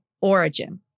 origin